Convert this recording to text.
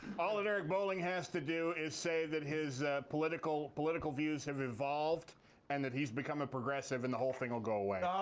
all that eric bolling has to do is say that his political, political views have evolved and that he's become a progressive and the whole thing will go away. yeah!